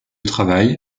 travail